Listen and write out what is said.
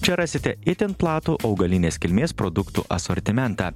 čia rasite itin platų augalinės kilmės produktų asortimentą